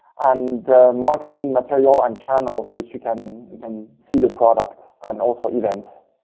and marketing material and channels. which you can you can see the product and also events.